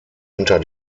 unter